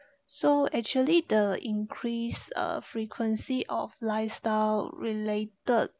so actually the increase uh frequency of lifestyle related